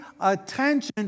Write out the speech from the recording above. attention